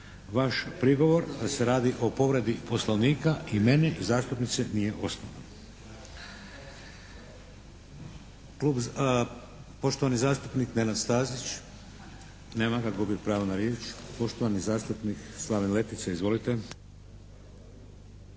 vaš prigovor da se radi o povredi poslovnika i mene i zastupnice nije osnovan.